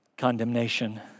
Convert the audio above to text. condemnation